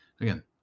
again